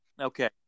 Okay